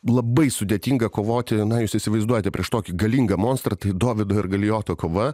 labai sudėtinga kovoti na jūs įsivaizduojate prieš tokį galingą monstrą dovydo ir galijoto kova